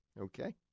Okay